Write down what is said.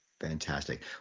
Fantastic